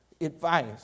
advice